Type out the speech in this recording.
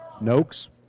Noakes